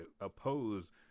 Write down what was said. oppose